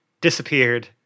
disappeared